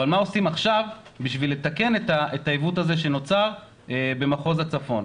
אבל מה עושים עכשיו כדי לתקן את העיוות הזה שנוצר במחוז הצפון?